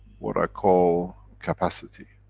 what i call, capacity.